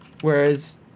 Whereas